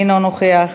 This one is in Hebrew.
אינו נוכח.